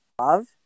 love